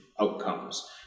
outcomes